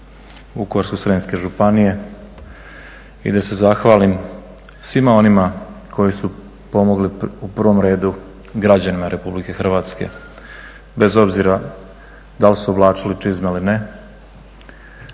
Vukovarsko-srijemske županije i da se zahvalim svima onima koji su pomogli u prvom redu građanima Republike Hrvatske bez obzira da li su oblačili čizme ili ne.